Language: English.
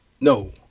No